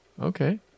Okay